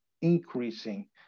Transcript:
increasing